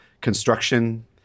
construction